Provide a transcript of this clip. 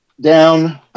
down